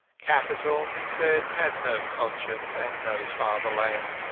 capital, he said, had no conscience and no fatherland.